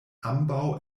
ambaŭ